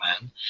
man